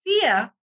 fear